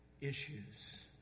issues